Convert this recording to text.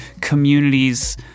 communities